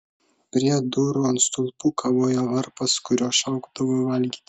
prie durų ant stulpų kabojo varpas kuriuo šaukdavo valgyti